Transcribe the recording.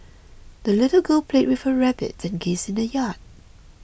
the little girl played with her rabbit and geese in the yard